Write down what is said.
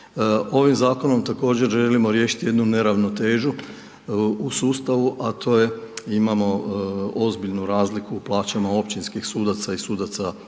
Ovim zakonom također želimo riješiti jednu neravnotežu u sustavu, a to je, imamo ozbiljnu razliku u plaćama općinskih sudaca i sudaca